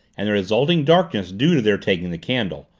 and the resulting darkness due to their taking the candle,